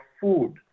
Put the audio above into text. food